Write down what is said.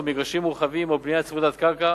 ומגרשים מורחבים או בנייה צמודת קרקע